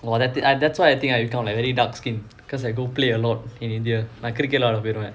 well that the that's why I think I become like very dark skinned because I go play a lot in india like cricket விளையாட போயிடுவான்:vilaiyaada poiduvaan